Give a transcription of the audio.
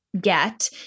get